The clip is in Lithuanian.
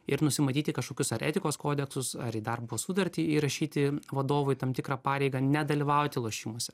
ir nusimatyti kažkokius ar etikos kodeksus ar į darbo sutartį įrašyti vadovui tam tikrą pareigą nedalyvauti lošimuose